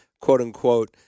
quote-unquote